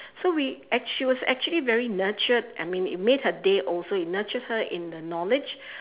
so we ac~ she was actually very nurtured I mean it made her day also it nurtures her in the knowledge